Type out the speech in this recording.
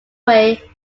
way